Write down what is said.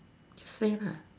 just say la